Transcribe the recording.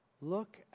Look